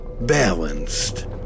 balanced